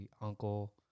uncle